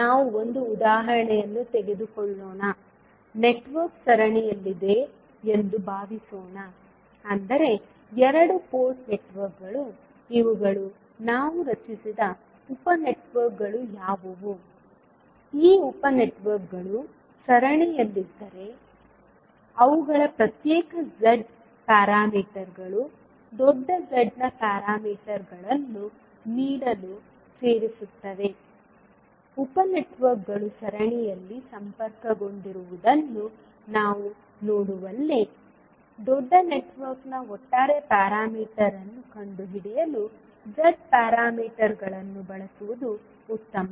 ನಾವು ಒಂದು ಉದಾಹರಣೆಯನ್ನು ತೆಗೆದುಕೊಳ್ಳೋಣ ನೆಟ್ವರ್ಕ್ ಸರಣಿಯಲ್ಲಿದೆ ಎಂದು ಭಾವಿಸೋಣ ಅಂದರೆ ಎರಡು ಪೋರ್ಟ್ ನೆಟ್ವರ್ಕ್ಗಳು ಇವುಗಳು ನಾವು ರಚಿಸಿದ ಉಪ ನೆಟ್ವರ್ಕ್ಗಳು ಯಾವುವು ಈ ಉಪ ನೆಟ್ವರ್ಕ್ಗಳು ಸರಣಿಯಲ್ಲಿದ್ದರೆ ಅವುಗಳ ಪ್ರತ್ಯೇಕ ಝೆಡ್ ನಿಯತಾಂಕಗಳು ದೊಡ್ಡ z ನ ನಿಯತಾಂಕಗಳನ್ನು ನೀಡಲು ಸೇರಿಸುತ್ತವೆ ಉಪ ನೆಟ್ವರ್ಕ್ಗಳು ಸರಣಿಯಲ್ಲಿ ಸಂಪರ್ಕಗೊಂಡಿರುವುದನ್ನು ನಾವು ನೋಡುವಲ್ಲಿ ದೊಡ್ಡ ನೆಟ್ವರ್ಕ್ನ ಒಟ್ಟಾರೆ ಪ್ಯಾರಾಮೀಟರ್ ಅನ್ನು ಕಂಡುಹಿಡಿಯಲು z ಪ್ಯಾರಾಮೀಟರ್ಗಳನ್ನು ಬಳಸುವುದು ಉತ್ತಮ